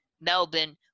Melbourne